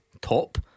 top